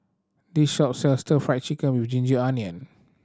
this shop sells Stir Fried Chicken with ginger onion